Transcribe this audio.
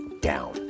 down